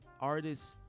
artists